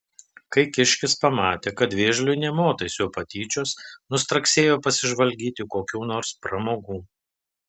kai kiškis pamatė kad vėžliui nė motais jo patyčios nustraksėjo pasižvalgyti kokių nors pramogų